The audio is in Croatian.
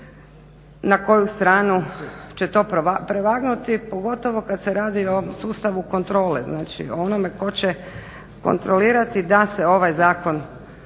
na koju stranu će to prevagnuti, pogotovo kad se radi o sustavu kontrole, znači o onome ko će kontrolirati da se ovaj zakon